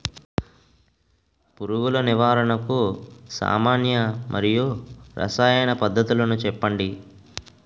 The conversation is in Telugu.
పురుగుల నివారణకు సామాన్య మరియు రసాయన పద్దతులను చెప్పండి?